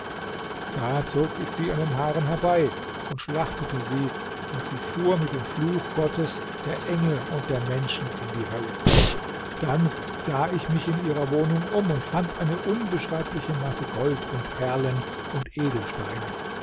da zog ich sie an den haaren herbei und schlachtete sie und sie fuhr mit dem fluch gottes der engel und der menschen in die hölle dann sah ich mich in ihrer wohnung um und fand eine unbeschreibliche masse gold und perlen und edelsteine